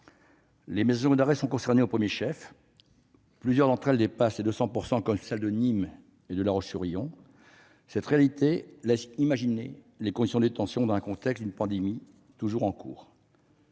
Les maisons d'arrêt sont concernées au premier chef. Plusieurs d'entre elles dépassent les 200 %, comme celles de Nîmes ou de La Roche-sur-Yon. Cette réalité laisse imaginer les conditions de détention dans le contexte d'une pandémie toujours en cours.